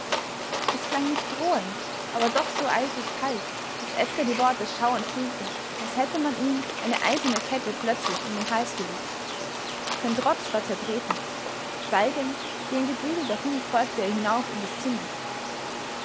es klang nicht drohend aber doch so eisig kalt daß edgar die worte schauernd fühlte als hätte man ihm eine eiserne kette plötzlich um den hals gelegt sein trotz war zertreten schweigend wie ein geprügelter hund folgte er ihr hinauf in das zimmer